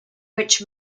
which